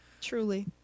Truly